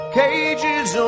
cages